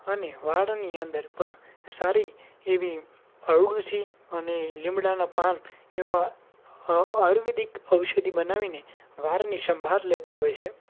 અને વાળની અંદર પણ સારી એવી અરડુશી અને લીમડાનાં પાન એવાં આયુર્વેદિક ઔષધિ બનાવીને વાળની સંભાળ લેતા હોય છે